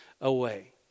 away